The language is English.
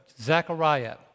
Zechariah